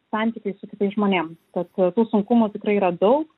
santykiais su kitais žmonėm tad tų sunkumų tikrai yra daug